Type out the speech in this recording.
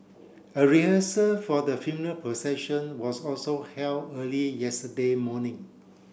a rehearsal for the funeral procession was also held early yesterday morning